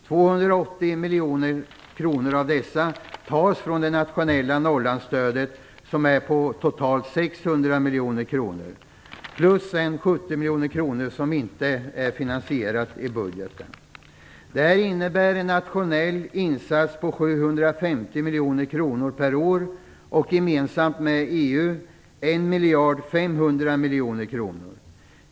280 miljoner kronor av dessa tas från det nationella 70 miljoner som inte är finansierade i budgeten. Det innebär en nationell insats på 750 miljoner kronor per år och gemensamt med EU 1 500 000 000 kronor.